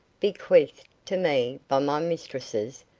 bequeathed to me by my mistresses,